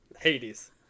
Hades